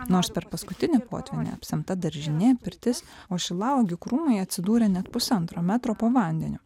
nors per paskutinį potvynį apsemta daržinė pirtis o šilauogių krūmai atsidūrė net pusantro metro po vandeniu